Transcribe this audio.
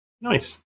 Nice